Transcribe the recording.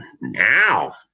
Now